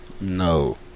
no